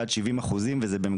אם היה לנו זמן,